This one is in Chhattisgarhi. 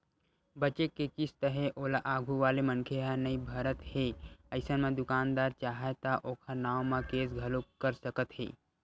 बचें के किस्त हे ओला आघू वाले मनखे ह नइ भरत हे अइसन म दुकानदार चाहय त ओखर नांव म केस घलोक कर सकत हे